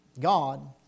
God